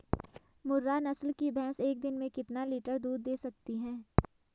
मुर्रा नस्ल की भैंस एक दिन में कितना लीटर दूध दें सकती है?